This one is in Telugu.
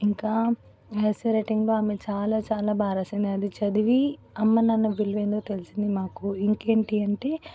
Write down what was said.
ఇంకా ఎస్సే రైటింగ్ ఆమె చాలా చాలా బాగా రాసింది అది చదివి అమ్మానాన్న విలువ ఏంటో తెలిసింది మాకు ఇంకేంటి అంటే